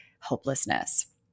hopelessness